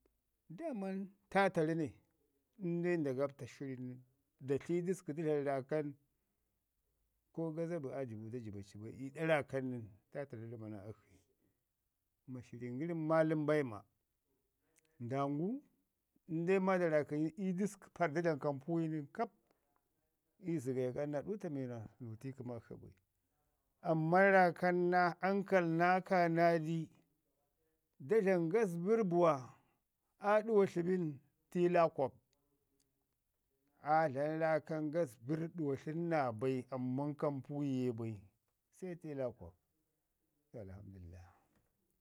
daaman taataru ne əndai nda gapta shirin nən da tli dəsku da dlamu raakan ko gazabi aa dəmu da jibo ci bai, ii ɗo raakan nən taataru nəma naa akshi. Mashirin gərin maalum aima, ndangu əndai maa da raakənyi ii dəsku da dlam kampuwi nən, ii zəgaya ga naa ɗuuta mi warra nutti kəmak shi bai. Amman raakam naa ankal naa kaanadi, da dlam gazbərr buuwa, aa ɗuwatlu bin tiilakək, aa dlan raakan gazbərr ɗuwatlu naa bai amman kampuwi yue bai se tiilakək. Alhamdulillah.